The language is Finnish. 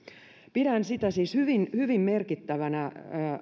pidän sitä siis hyvin hyvin merkittävänä